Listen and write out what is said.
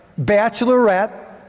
bachelorette